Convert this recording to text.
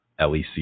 LEC